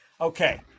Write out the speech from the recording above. Okay